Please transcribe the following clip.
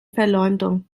verleumdung